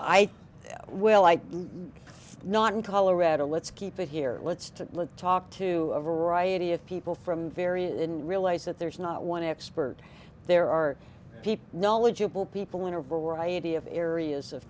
i will i not in colorado let's keep it here let's to talk to a variety of people from various and realize that there is not one expert there are people knowledgeable people in a variety of areas of